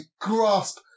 grasp